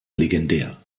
legendär